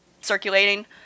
circulating